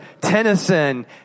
Tennyson